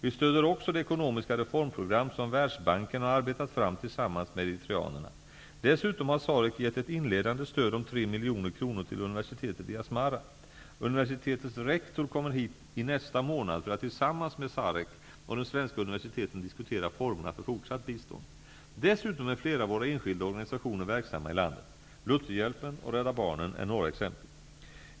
Vi stöder också det ekonomiska reformprogram som Världsbanken har arbetat fram tillsammans med eritreanerna. Dessutom har SAREC gett ett inledande stöd om 3 miljoner kronor till universitetet i Asmara. Universitetets rektor kommer hit i nästa månad för att tillsammans med SAREC och de svenska universiteten diskutera formerna för fortsatt bistånd. Dessutom är flera av våra enskilda organisationer verksamma i landet. Lutherhjälpen och Rädda barnen är några exempel.